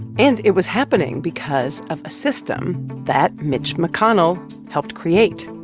and it was happening because of a system that mitch mcconnell helped create,